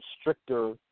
stricter